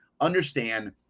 understand